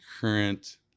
current